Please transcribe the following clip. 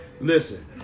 listen